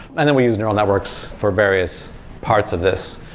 and then we use neural networks for various parts of this,